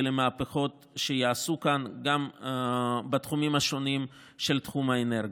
ולמהפכות שייעשו כאן גם בתחומים השונים של תחום האנרגיה,